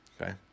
okay